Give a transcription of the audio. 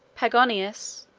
pagonius,